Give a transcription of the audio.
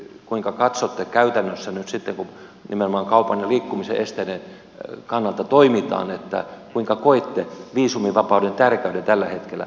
kuinka koette käytännössä nyt sitten kun nimenomaan kaupan ja liikkumisen esteiden kannalta toimitaan viisumivapauden ja sen edistämisen tärkeyden tällä hetkellä